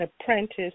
apprentice